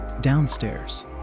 Downstairs